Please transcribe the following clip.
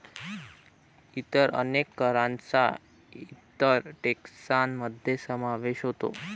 इतर अनेक करांचा इतर टेक्सान मध्ये समावेश होतो